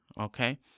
Okay